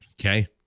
okay